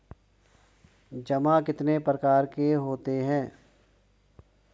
जमा कितने प्रकार के होते हैं?